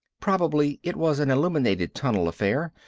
probably it was an illuminated tunnel affair,